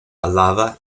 álava